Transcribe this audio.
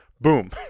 boom